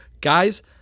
guys